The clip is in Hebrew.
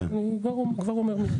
אני כבר אומר מיד.